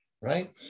right